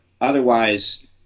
Otherwise